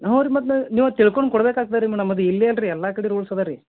ಹ್ಞೂ ರೀ ಮತ್ತು ನೀವೇ ತಿಳ್ಕೊಂಡು ಕೊಡ್ಬೇಕಾಗ್ತದ ರೀ ಮೇಡಮ್ ಅದು ಇಲ್ಲೇ ಅಲ್ಲ ರೀ ಎಲ್ಲ ಕಡೆ ರೂಲ್ಸ್ ಅದ ರೀ